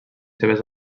seves